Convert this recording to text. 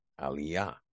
Aliyah